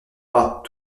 pas